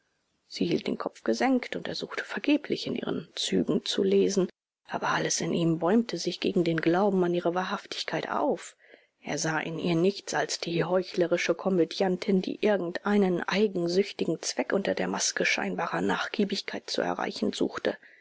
sie hielt den kopf gesenkt und er suchte vergeblich in ihren zügen zu lesen aber alles in ihm bäumte sich gegen den glauben an ihre wahrhaftigkeit auf er sah in ihr nichts als die heuchlerische komödiantin die irgendeinen eigensüchtigen zweck unter der maske scheinbarer nachgiebigkeit zu erreichen suchte